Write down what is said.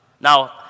Now